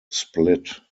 split